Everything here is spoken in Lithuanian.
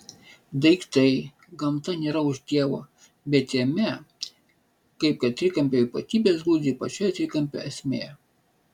daiktai gamta nėra už dievo bet jame kaip kad trikampio ypatybės glūdi pačioje trikampio esmėje